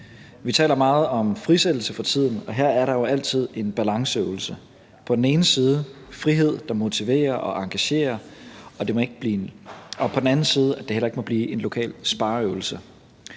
Vi taler meget om frisættelse for tiden, og her er der jo altid en balanceøvelse. På den ene side frihed, der motiverer og engagerer, og på den anden side at det ikke må blive en lokal spareøvelse.